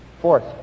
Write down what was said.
Fourth